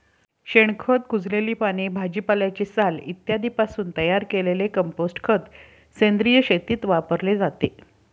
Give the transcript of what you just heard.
शेणखत, कुजलेली पाने, भाजीपाल्याची साल इत्यादींपासून तयार केलेले कंपोस्ट खत सेंद्रिय शेतीत वापरले जाते